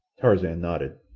tarzan nodded.